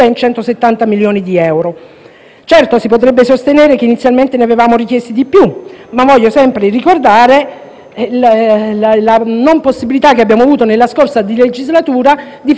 Certo, si potrebbe sostenere che inizialmente ne avevamo richiesti di più, ma voglio ricordare la non possibilità che abbiamo avuto nella scorsa di legislatura di fare approdare in Aula